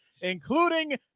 including